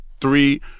three